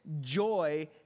joy